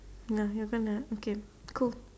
ya you're gonna okay cool